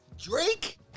Drake